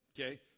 Okay